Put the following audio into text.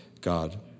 God